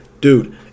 dude